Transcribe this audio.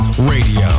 Radio